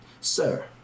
sir